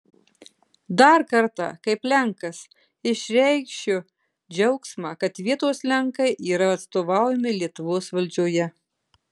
dar kartą kaip lenkas išreikšiu džiaugsmą kad vietos lenkai yra atstovaujami lietuvos valdžioje